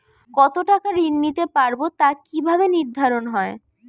কতো টাকা ঋণ নিতে পারবো তা কি ভাবে নির্ধারণ হয়?